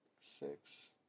six